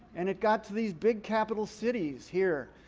and it got to these big capital cities here,